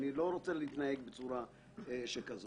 אני לא רוצה להתנהג בצורה שכזאת.